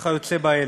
וכיוצא באלה.